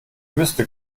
wüsste